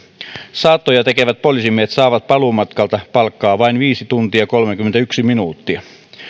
saattoja tekevät poliisimiehet saavat paluumatkalta palkkaa vain ajalta viisi tuntia kolmekymmentäyksi minuuttia